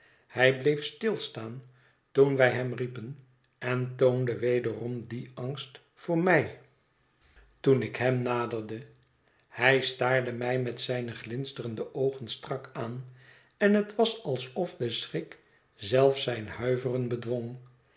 hij bleef stilstaan toen wij hem riepen en toonde wederom dien angst voor mij toen ik hem naderde hij staarde mij met zijne glinsterende oogen strak aan en het was alsof de schrik zelfs zijn huiveren